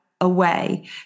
away